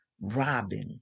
Robin